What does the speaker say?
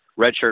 redshirt